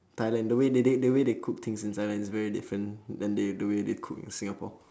thailand the way they they the way they cook things in thailand is very different than they the way they cook in singapore